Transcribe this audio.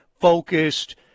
focused